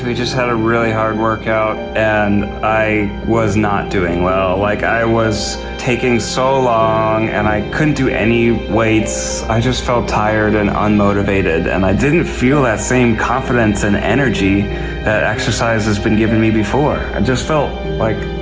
just had a really hard workout and i was not doing well. like i was taking so long and i couldn't do any weights. i just felt tired and unmotivated. and i didn't feel that same confidence and energy that exercise has been giving me before. i just felt like,